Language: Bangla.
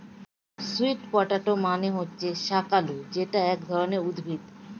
সুইট পটেটো মানে হচ্ছে শাকালু যেটা এক ধরনের উদ্ভিদ